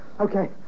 Okay